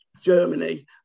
Germany